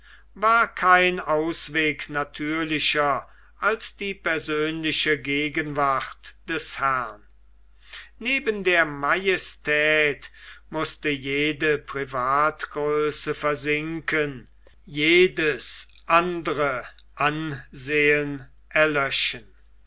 war kein ausweg natürlicher als die persönliche gegenwart des herrn neben der majestät mußte jede privatgröße versinken jedes andere ansehen erlöschen